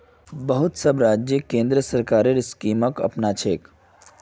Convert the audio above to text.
बहुत सब राज्य केंद्र सरकारेर स्कीमक अपनाछेक